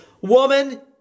Woman